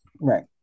Right